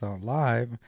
live